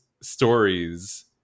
stories